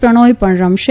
પ્રણય પણ રમશે